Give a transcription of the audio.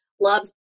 loves